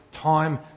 time